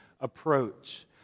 approach